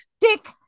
Dick